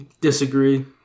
Disagree